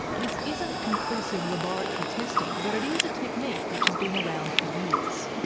this isn't conclusive laboratory testing, but it is a technique which has been around for years.